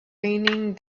raining